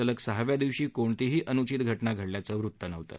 सलग सहाव्या दिवशी कोणतीही अनुचित घटना घडल्याचं वृत्त नव्हतं